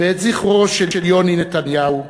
ואת זכרו של יוני נתניהו,